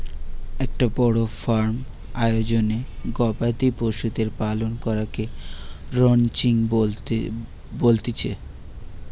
একটো বড় ফার্ম আয়োজনে গবাদি পশুদের পালন করাকে রানচিং বলতিছে